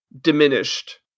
diminished